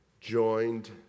joined